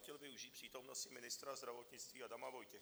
Chtěl bych využít přítomnosti ministra zdravotnictví Adama Vojtěcha.